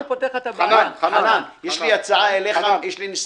חנן בליטי יש לי הצעה אליך.